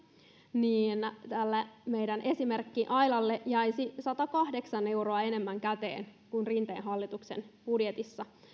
niin täällä meidän esimerkki ailalle jäisi satakahdeksan euroa enemmän käteen kuin rinteen hallituksen budjetissa